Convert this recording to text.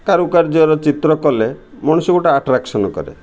କାରୁକାର୍ଯ୍ୟର ଚିତ୍ର କଲେ ମଣିଷ ଗୋଟେ ଆଟ୍ରାକ୍ସନ୍ କରେ